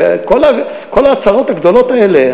כל העצרות הגדולות האלה,